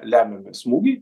lemiami smūgiai